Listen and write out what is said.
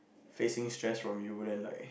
facing stress from you then like